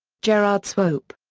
gerard swope.